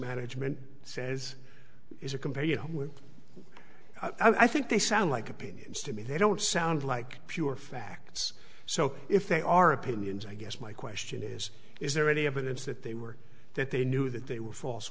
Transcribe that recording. management says is a compare you know when i think they sound like opinions to me they don't sound like pure facts so if they are opinions i guess my question is is there any evidence that they were that they knew that they were false